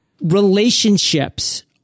Relationships